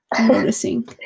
Noticing